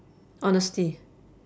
honesty